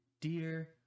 dear